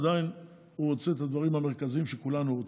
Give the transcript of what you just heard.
עדיין הוא רוצה את הדברים המרכזיים שכולנו רוצים.